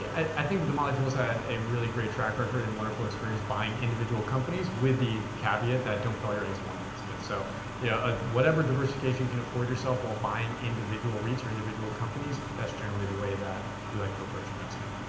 i think the motley fool's had a really great track record and wonderful experience buying individual companies with the caveat of, don't put all your eggs in one basket. so yeah ah whatever whatever diversification can afford yourself while buying individual reits or individual companies, that's generally the way that we like to approach investing.